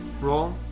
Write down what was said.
Roll